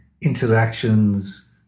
interactions